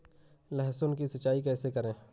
लहसुन की सिंचाई कैसे करें?